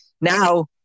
Now